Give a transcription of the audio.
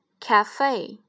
Cafe